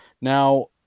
Now